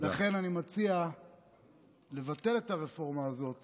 לכן אני מציע לבטל את הרפורמה הזאת